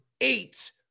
eight